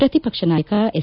ಪ್ರತಿಪಕ್ಷ ನಾಯಕ ಎಸ್